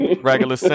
regular